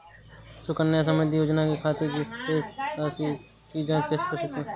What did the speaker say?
सुकन्या समृद्धि योजना के खाते की शेष राशि की जाँच कैसे कर सकते हैं?